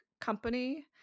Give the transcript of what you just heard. company